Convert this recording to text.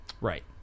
right